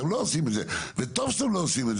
אתם לא עושים את זה, וטוב שאתם לא עושים.